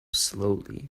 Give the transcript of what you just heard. slowly